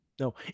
No